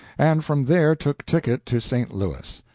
and from there took ticket to st. louis.